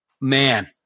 man